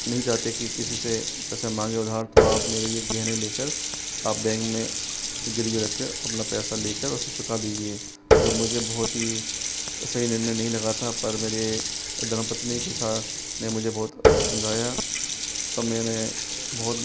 नहीं चाहते कि किसी से पैसे मांगे उधार तो आप मेरे ये गहने लेकर आप बैंक मे गिरवी रखकर अपना पैसा लेकर उसे चुका दीजिए जो मुझे बहुत ही सही निर्णय नहीं लगा था पर मेरी धर्मपत्नी के साथ ने मुझे बहुत समझाया तब मैंने बहुत